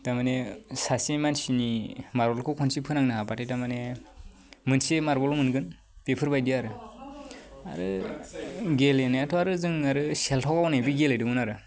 थारमाने सासे मानसिनि मार्बलखौ खनसे फोनांनो हाबाथाय थारमाने मोनसे मार्बल मोनगोन बेफोरबायदि आरो गेलेनायाथ' आरो जों आरो सेलथाव गावनायबो गेलेदोंमोन आरो